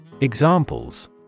Examples